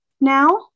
now